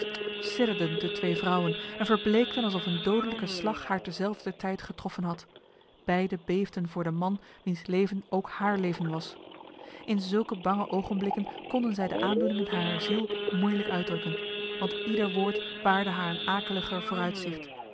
sidderden de twee vrouwen en verbleekten alsof een dodelijke slag haar terzelfder tijd getroffen had beide beefden voor de man wiens leven ook haar leven was in zulke bange ogenblikken konden zij de aandoeningen harer ziel moeilijk uitdrukken want ieder woord baarde haar een akeliger vooruitzicht